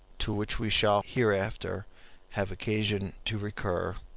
to which we shall hereafter have occasion to recur,